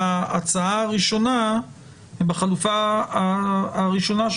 בעוד שבחלופה הראשונה,